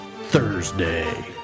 Thursday